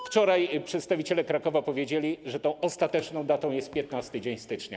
Wczoraj przedstawiciele Krakowa powiedzieli, że tą ostateczną datą jest 15 stycznia.